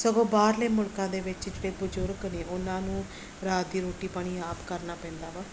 ਸਗੋਂ ਬਾਹਰਲੇ ਮੁਲਕਾਂ ਦੇ ਵਿੱਚ ਜਿਹੜੇ ਬਜ਼ੁਰਗ ਨੇ ਉਹਨਾਂ ਨੂੰ ਰਾਤ ਦੀ ਰੋਟੀ ਪਾਣੀ ਆਪ ਕਰਨਾ ਪੈਂਦਾ ਵਾ